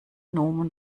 nomen